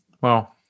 Wow